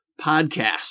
podcast